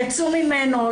יצאו ממנו,